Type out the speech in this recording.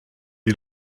die